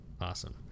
Awesome